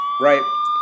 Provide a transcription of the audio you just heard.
Right